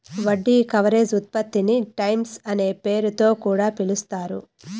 వడ్డీ కవరేజ్ ఉత్పత్తిని టైమ్స్ అనే పేరుతొ కూడా పిలుస్తారు